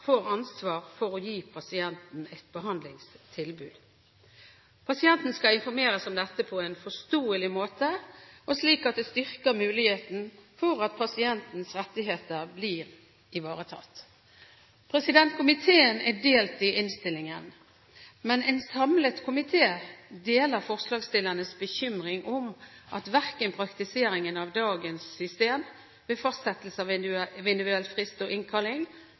får ansvar for å gi pasienten et behandlingstilbud. Pasienten skal informeres om dette på en forståelig måte og slik at det styrker muligheten for at pasientens rettigheter blir ivaretatt. Komiteen er delt i innstillingen, men en samlet komité deler forslagsstillernes bekymring om at verken praktiseringen av dagens system ved fastsettelse av individuell frist og innkalling